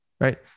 Right